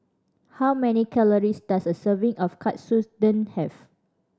how many calories does a serving of Katsudon have